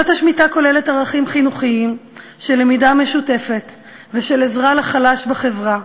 שנת השמיטה כוללת ערכים חינוכיים של למידה משותפת ושל עזרה לחלש בחברה,